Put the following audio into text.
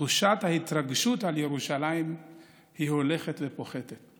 תחושת ההתרגשות מירושלים הולכת ופוחתת.